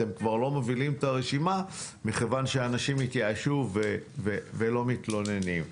אתם כבר לא מובילים את הרשימה מכיוון שאנשים התייאשו ולא מתלוננים.